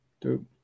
two